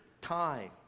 time